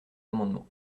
amendement